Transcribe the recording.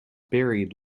buried